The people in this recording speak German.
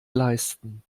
leisten